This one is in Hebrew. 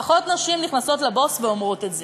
פחות נשים נכנסות לבוס ואומרות את זה.